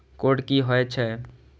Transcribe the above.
Code की होय छै?